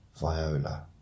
Viola